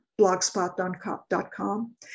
blogspot.com